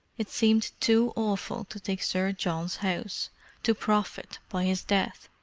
it seemed too awful to take sir john's house to profit by his death.